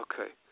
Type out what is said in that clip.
Okay